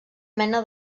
mena